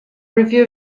review